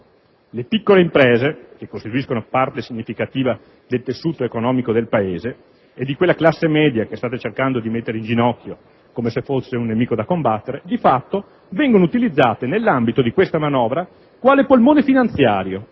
Le piccole imprese, che costituiscono parte significativa del tessuto economico del Paese e di quella classe media che state cercando di mettere in ginocchio come se fosse un nemico da combattere, di fatto vengono utilizzate nell'ambito di questa manovra quale polmone finanziario